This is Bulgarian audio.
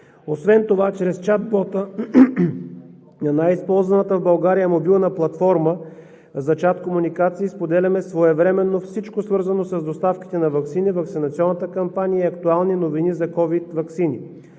Освен това чрез чатбота на най-използваната в България мобилна платформа за чаткомуникации споделяме своевременно всичко, свързано с доставките на ваксини, ваксинационната кампания и актуалните новини за ковид ваксини.